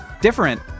different